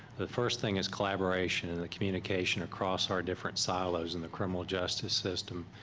the first thing is collaboration, and the communication across our different silos in the criminal justice system.